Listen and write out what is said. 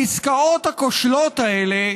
העסקאות הכושלות האלה,